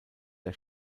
der